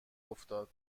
افتاد